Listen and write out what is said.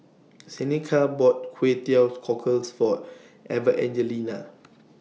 Seneca bought Kway Teow Cockles For Evangelina